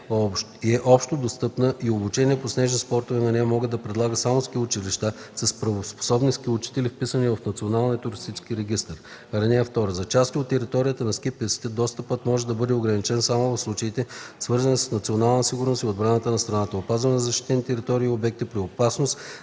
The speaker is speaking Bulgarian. е общодостъпна и обучение по снежни спортове на нея могат да предлагат само ски училища, с правоспособни ски учители, вписани в Националния туристически регистър. (2) За части от територията на ски пистите достъпът може да бъде ограничен само в случаите, свързани с националната сигурност и отбраната на страната, опазването на защитени територии и обекти, при опасност